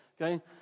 Okay